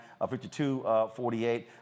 52-48